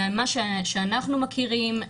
ממה שאנחנו מכירים,